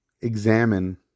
examine